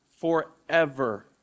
forever